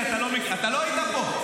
כי אתה לא היית פה.